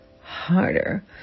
harder